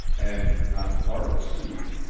and, not far to seek,